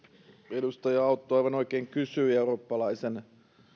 edustaja autto aivan oikein kysyi eurooppalaisen